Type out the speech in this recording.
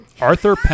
Arthur